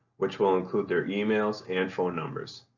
which will include their emails and phone numbers.